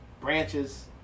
branches